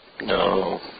No